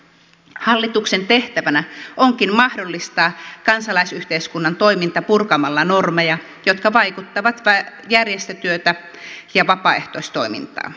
hallituksen tehtävänä onkin mahdollistaa kansalaisyhteiskunnan toiminta purkamalla normeja jotka vaikeuttavat järjestötyötä ja vapaaehtoistoimintaa